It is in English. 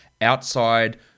outside